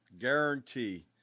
Guarantee